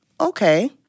okay